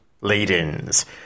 lead-ins